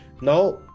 Now